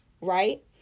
right